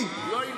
לא, לא, לא.